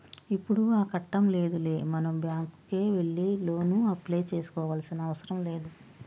ఇప్పుడు ఆ కట్టం లేదులే మనం బ్యాంకుకే వెళ్లి లోను అప్లై చేసుకోవాల్సిన అవసరం లేదు